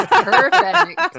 perfect